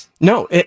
no